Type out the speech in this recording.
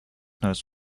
notes